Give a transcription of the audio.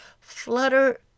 flutter